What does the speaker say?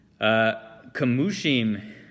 Kamushim